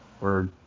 Word